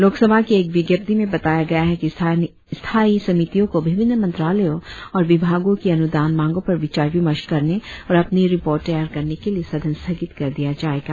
लोकसभा की एक विज्ञप्ति में बताया गया है कि स्थाई समितियो को विभिन्न मंत्रालयों और विभागों की अनुदान मांगों पर विचार विमर्श करने और अपनी रिपोर्ट तैयार करने के लिए सदन स्थगित कर दिया जाएगा